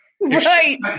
Right